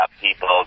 people